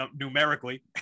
numerically